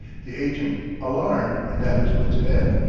the agent, alarmed, and at his wits' end,